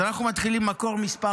אנחנו מתחילים עם מקור מס'